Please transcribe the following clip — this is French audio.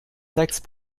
taxe